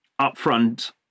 upfront